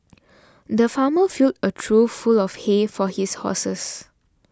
the farmer filled a trough full of hay for his horses